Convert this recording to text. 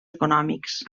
econòmics